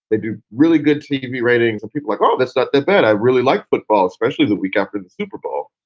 they do really good tv ratings. and people like, oh, that's not that bad. i really like football, especially that week after the super bowl.